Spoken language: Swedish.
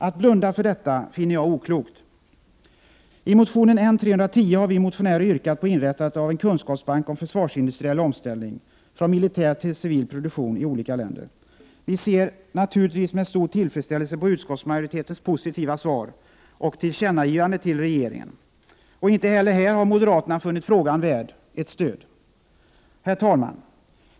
Att blunda för detta finner jag oklokt. I motionen N310 har vi motionärer yrkat på inrättandet av en kunskapsbank om försvarsindustriell omställning från militär till civil produktion i olika länder. Vi ser med stor tillfredsställelse på utskottsmajoritetens positiva svar och tillkännagivande till regeringen. Inte heller här har dock moderaterna funnit frågan värd ett stöd.